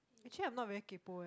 actually I'm not very kaypo eh